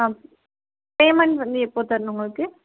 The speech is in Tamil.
பேமெண்ட் வந்து எப்போது தரணும் உங்களுக்கு